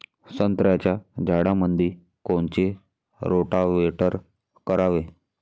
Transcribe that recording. संत्र्याच्या झाडामंदी कोनचे रोटावेटर करावे?